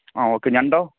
ആ ഓക്കെ ഞണ്ടോ